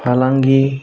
फालांगि